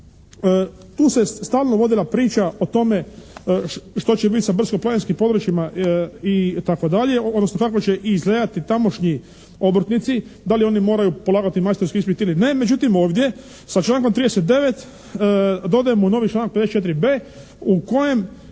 Tu se stalno vodila priča o tome što će biti sa brdsko-planinskim područjima itd., odnosno kako će izgledati tamošnji obrtnici, da li oni moraju polagati majstorski ispit ili ne, međutim ovdje sa člankom 39. dodajemo novi članak …/Govornik